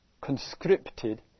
conscripted